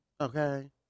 Okay